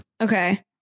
okay